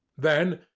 then,